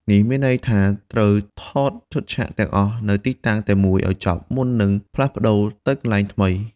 នេះមានន័យថា ត្រូវថតឈុតឆាកទាំងអស់នៅទីតាំងតែមួយឱ្យចប់មុននឹងផ្លាស់ប្តូរទៅកន្លែងថ្មី។